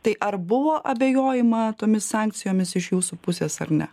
tai ar buvo abejojama tomis sankcijomis iš jūsų pusės ar ne